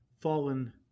fallen